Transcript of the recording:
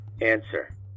Answer